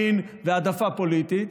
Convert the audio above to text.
מין והעדפה פוליטית,